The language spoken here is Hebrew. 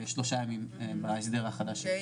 שלושה ימים בהסדר החדש.